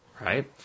Right